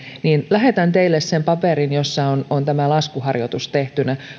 lähetän teille sen paperin jossa on on tämä laskuharjoitus tehtynä